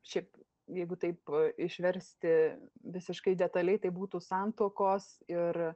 šiaip jeigu taip išversti visiškai detaliai tai būtų santuokos ir